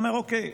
אתה אומר: אוקיי,